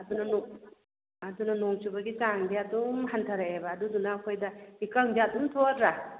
ꯑꯗꯨꯅ ꯅꯣꯡ ꯑꯗꯨꯅ ꯅꯣꯡ ꯆꯨꯕꯒꯤ ꯆꯥꯡꯖꯁꯦ ꯑꯗꯨꯝ ꯍꯟꯊꯔꯛꯑꯦꯕ ꯑꯗꯨꯗꯨꯅ ꯑꯩꯈꯣꯏꯗ ꯏꯀꯪꯁꯦ ꯑꯗꯨꯝ ꯊꯣꯛꯑꯗ꯭ꯔꯥ